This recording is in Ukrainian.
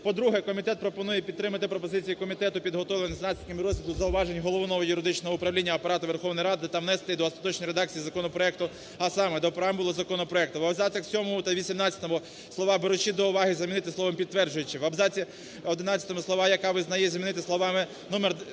По-друге, комітет пропонує підтримати пропозиції комітету, підготовлені за наслідками розгляду із зауваженнями Головного юридичного управління Апарату Верховної Ради, та внести до остаточної редакції законопроекту, а саме: до преамбули законопроекту. В абзацах 7 та 18 слова "беручи до уваги" замінити словом "підтверджуючи". В абзаці 11 слова "яка визнає" замінити словами "№